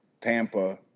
Tampa